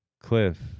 Cliff